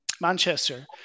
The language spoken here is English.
Manchester